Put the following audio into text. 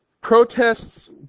Protests